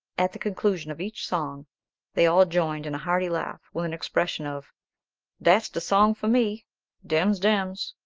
at the conclusion of each song they all joined in a hearty laugh, with an expression of dats de song for me dems dems.